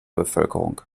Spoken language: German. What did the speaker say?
bevölkerung